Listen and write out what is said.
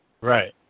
Right